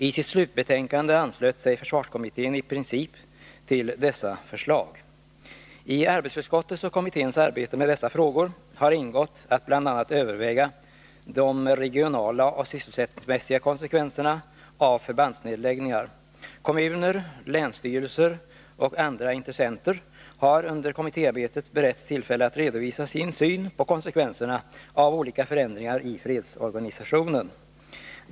I sitt slutbetänkande anslöt sig försvarskommittén i princip till dessa förslag. I arbetsutskottets och kommitténs arbete med dessa frågor har ingått att bl.a. överväga de regionala och sysselsättningsmässiga konsekvenserna av förbandsnedläggningar. Kommuner, länsstyrelser och andra intressenter har under kommittéarbetet beretts tillfälle att redovisa sin syn på konsekvenserna av olika förändringar i fredsorganisationen.